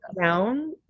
down